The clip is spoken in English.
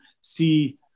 see